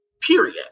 Period